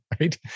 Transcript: right